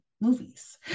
movies